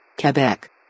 Quebec